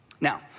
Now